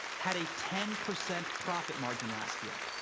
had a ten percent profit margin last year.